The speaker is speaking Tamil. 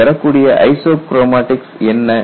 நாம் பெறக்கூடிய ஐசோக்ரோமாடிக்ஸ் என்ன